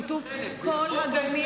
בשיתוף כל הגורמים,